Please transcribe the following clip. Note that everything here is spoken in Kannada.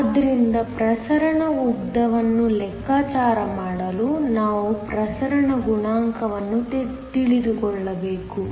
ಆದ್ದರಿಂದ ಪ್ರಸರಣ ಉದ್ದವನ್ನು ಲೆಕ್ಕಾಚಾರ ಮಾಡಲು ನಾವು ಪ್ರಸರಣ ಗುಣಾಂಕವನ್ನು ತಿಳಿದುಕೊಳ್ಳಬೇಕು